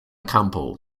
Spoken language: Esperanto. kampo